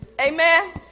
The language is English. Amen